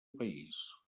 país